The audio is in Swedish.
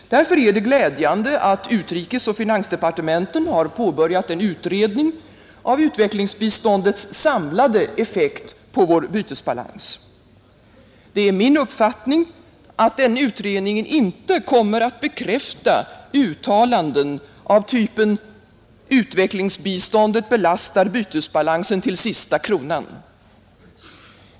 Därför är det glädjande att utrikesoch finansdepartementen påbörjat en utredning av utvecklingsbiståndets samlade effekt på vår bytesbalans. Det är min uppfattning, att utredningen inte kommer att bekräfta uttalanden av typen ”utvecklingsbiståndet belastar bytesbalansen till sista kronan”.